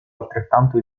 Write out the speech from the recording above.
altrettanto